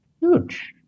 huge